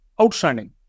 outstanding